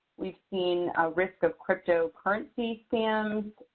we've seen a risk of cryptocurrency scams,